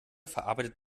verarbeitet